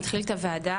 נתחיל את הוועדה,